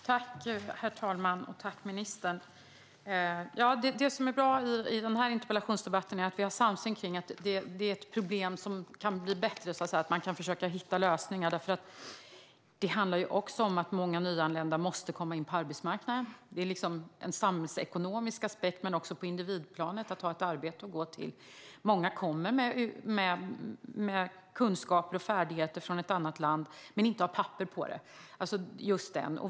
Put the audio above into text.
Herr talman! Tack, ministern! Det som är bra i den här interpellationsdebatten är att vi har samsyn om att det kan bli bättre, att man kan försöka hitta lösningar på problemet. Det handlar ju också om att många nyanlända måste komma in på arbetsmarknaden. Det är en samhällsekonomisk aspekt, men det är också viktigt på individplanet att man har ett arbete att gå till. Många kommer med kunskaper och färdigheter från ett annat land, men de har inte papper på det.